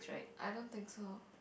I don't think so